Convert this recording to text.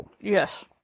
Yes